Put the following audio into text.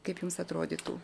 kaip jums atrodytų